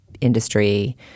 industry